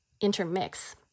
intermix